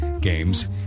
games